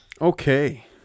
Okay